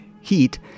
heat